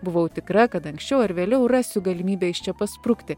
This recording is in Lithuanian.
buvau tikra kad anksčiau ar vėliau rasiu galimybę iš čia pasprukti